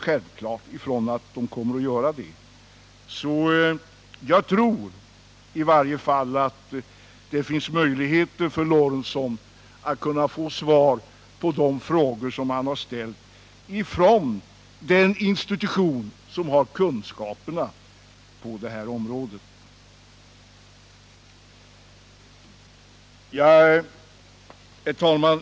Jag tror alltså att det finns möjligheter för Gustav Lorentzon att få svar på de frågor som han har ställt från den institution som har kunskaperna på detta område. Herr talman!